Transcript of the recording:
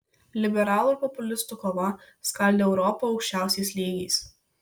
liberalų ir populistų kova skaldė europą aukščiausiais lygiais